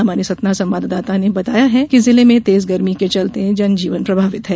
हमारे सतना संवाददाता ने बताया कि जिले में तेज गर्मी के चलते जनजीवन प्रभावित है